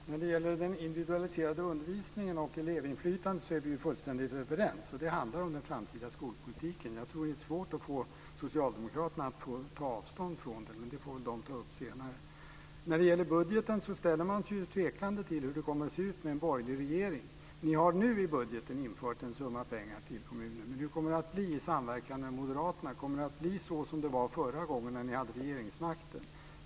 Fru talman! Vi är fullständigt överens om den individualiserade undervisningen och elevinflytandet. Det handlar om den framtida skolpolitiken. Jag tror att det är svårt att få socialdemokraterna att ta avstånd från detta, men det får de ta upp senare. När det gäller budgeten ställer jag mig tveksam till hur det kommer att se ut med en borgerlig regering. Vi har i årets budget avsatt en summa pengar till kommunerna. Men hur kommer det att bli när ni samverkar med moderaterna? Kommer det att bli så som det var förra gången när ni hade regeringsmakten?